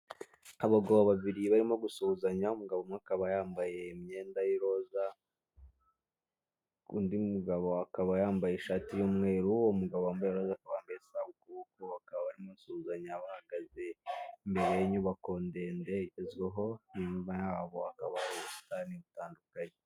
Abagabo babiri barimo gusuhuzanya, umugabo umwe akaba yambaye imyenda yiroza, undi mugabo akaba yambaye ishati y'umweru, uwo mugabo wambaye iroza akaba yitwa Abudulu, bakaba barimo basuhuzanya bahagaze imbere y'inyubako ndende igezweho. Inyuma yabo hakaba hari ubusitani butandukanye.